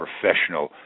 professional